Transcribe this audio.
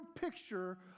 picture